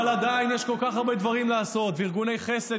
אבל עדיין יש כל כך הרבה דברים לעשות וארגוני חסד,